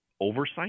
oversight